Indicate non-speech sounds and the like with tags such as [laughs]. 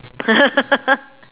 [laughs]